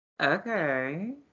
Okay